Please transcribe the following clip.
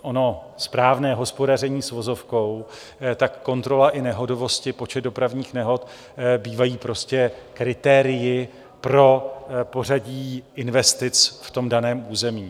Ono správné hospodaření s vozovkou, tak kontrola i nehodovosti, počet dopravních nehod, bývají prostě kritérii pro pořadí investic v tom daném území.